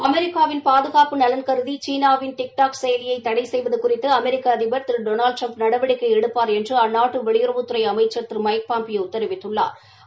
அமெிக்காவின் பாதுகாப்பு நலன் கருதி சீனாவின் டிக்டாக் செயலியை தடை செய்வது குறித்து அமெிக்கா அதிபர் திரு டொனால்டு ட்டிரம்ப் நடவடிக்கை எடுப்பார் என்று அந்நாட்டு வெளியுறவுத்துறை அமைச்சா் திரு மைக் பாம்பியோ தெரிவித்துள்ளாா்